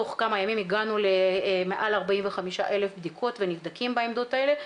תוך כמה ימים הגענו למעל 45,000 בדיקות ונבדקים בעמדות האלה,